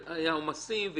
אבל היו עומסים.